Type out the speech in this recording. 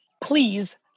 Please